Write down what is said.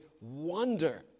wonder